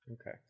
Okay